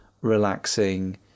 relaxing